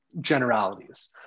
generalities